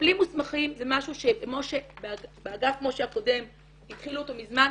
מטפלים מוסמכים זה משהו שבאגף כמו שהקודם התחילו אותו מזמן,